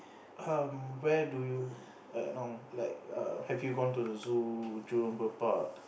um where do you like you know like have you gone to the zoo Jurong-Bird-Park